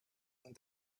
and